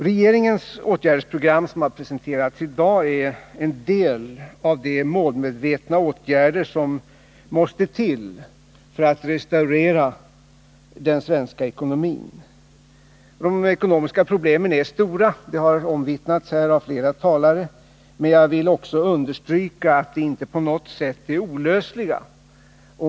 Regeringens åtgärdsprogram, som har presenterats i dag, innehåller en del av de målmedvetna åtgärder som måste till för att restaurera den svenska ekonomin. De ekonomiska problemen är stora — det har omvittnats här av flera talare. Men jag vill också understryka att de inte på något sätt är olösliga.